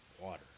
Water